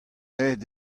aet